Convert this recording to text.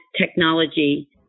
technology